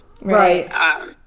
Right